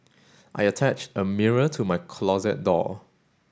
I attached a mirror to my closet door